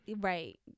Right